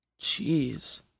Jeez